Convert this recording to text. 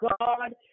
God